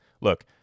look